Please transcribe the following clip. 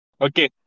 Okay